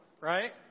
right